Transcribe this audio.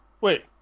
wait